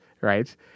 right